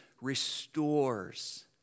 restores